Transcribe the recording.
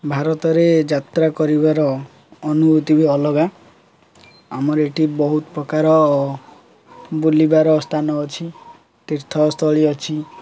ଭାରତରେ ଯାତ୍ରା କରିବାର ଅନୁଭୂତି ବି ଅଲଗା ଆମର ଏଇଠି ବହୁତ ପ୍ରକାର ବୁଲିବାର ସ୍ଥାନ ଅଛି ତୀର୍ଥସ୍ଥଳୀ ଅଛି